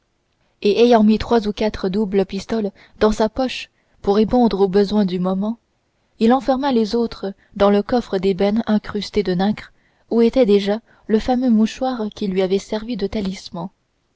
et ayant mis trois ou quatre doubles pistoles dans sa poche pour répondre aux besoins du moment il enferma les autres dans le coffre d'ébène incrusté de nacre où était déjà le fameux mouchoir qui lui avait servi de talisman